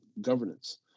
governance